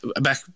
back